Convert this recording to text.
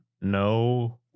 No